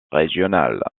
régionale